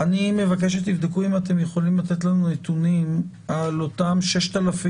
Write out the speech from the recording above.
אני מבקש שתבדקו אם אתם יכולים לתת לנו נתונים על אותם 6,000